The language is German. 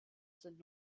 sind